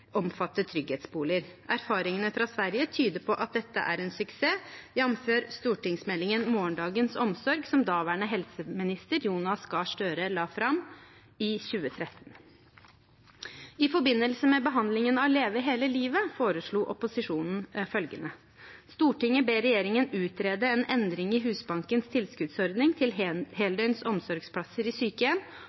omfatte trygghetsboliger. Erfaringene fra Sverige tyder på at dette er en suksess, jf. stortingsmeldingen Morgendagens omsorg, som daværende helseminister Jonas Gahr Støre la fram i 2013. I forbindelse med behandlingen av Leve hele livet foreslo opposisjonen følgende: «Stortinget ber regjeringen utrede en endring i Husbankens tilskuddsordning til heldøgns omsorgsplasser i sykehjem